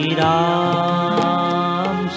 Ram